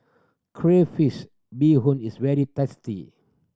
crayfish beehoon is very tasty